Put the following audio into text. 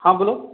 હા બોલો